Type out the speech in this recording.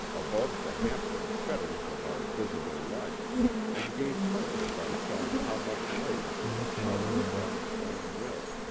above the hampering fetters of our visible life and gave courage by showing how much lay within the power of one's own will.